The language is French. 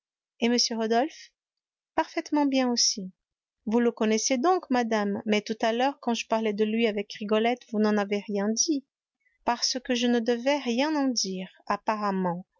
et m rodolphe parfaitement bien aussi vous le connaissez donc madame mais tout à l'heure quand je parlais de lui avec rigolette vous n'en avez rien dit parce que je ne devais rien en dire apparemment